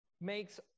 makes